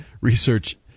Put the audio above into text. research